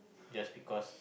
just because